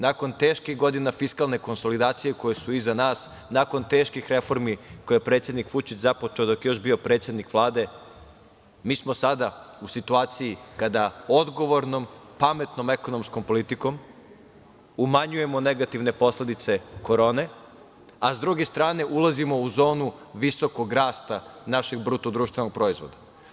Nakon teških godina fiskalne konsolidacije koje su iza nas, nakon teških reformi koje je predsednik Vučić započeo dok je još bio predsednik Vlade, mi smo sada u situaciji kada odgovornom, pametnom ekonomskom politikom umanjujemo negativne posledice korone, a sa druge strane ulazimo u zonu visokog rasta našeg BDP.